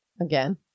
Again